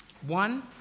One